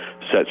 sets